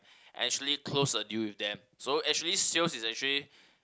actually close a deal with them so actually sales is actually